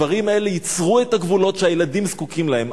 הדברים האלה ייצרו את הגבולות שהילדים זקוקים להם.